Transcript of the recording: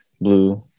blue